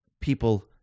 people